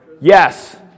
Yes